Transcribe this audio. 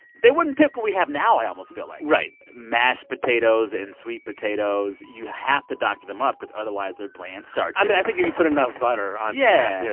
they wouldn't pick what we have now, i almost feel like right mashed potatoes and sweet potatoes you have to doctor them up because, otherwise, they're bland starches i mean, i think if you put enough butter on mashed